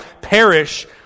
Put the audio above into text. perish